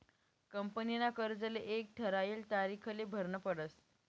कंपनीना कर्जले एक ठरायल तारीखले भरनं पडस